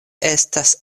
estas